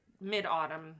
mid-autumn